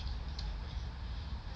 oh don't have already